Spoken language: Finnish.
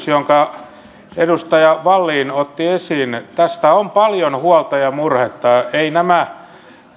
jonka edustaja wallin otti esiin tästä on paljon huolta ja murhetta eivät nämä